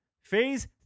phase